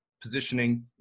positioning